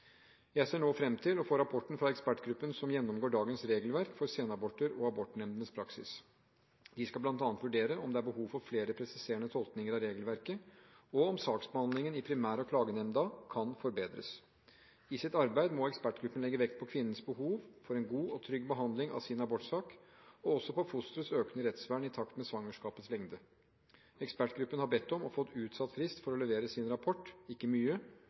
Jeg ser nå fram til å få rapporten fra ekspertgruppen som gjennomgår dagens regelverk for senaborter og abortnemndenes praksis. De skal bl.a. vurdere om det er behov for flere presiserende tolkninger av regelverket, og om saksbehandlingen i primær- og klagenemnda kan forbedres. I sitt arbeid må ekspertgruppen legge vekt på kvinnens behov for en god og trygg behandling av sin abortsak, og også på fosterets økende rettsvern i takt med svangerskapets lengde. Ekspertgruppen har bedt om og fått utsatt frist for å levere sin rapport – ikke mye,